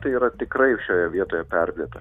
tai yra tikrai šioje vietoje perdėta